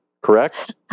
correct